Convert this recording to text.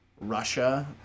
Russia